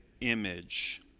image